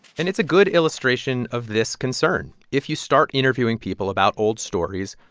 and it's a good illustration of this concern. if you start interviewing people about old stories,